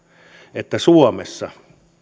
että suomessa